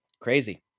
crazy